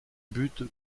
but